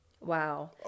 Wow